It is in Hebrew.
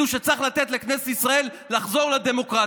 שצריך לתת לכנסת ישראל לחזור לדמוקרטיה.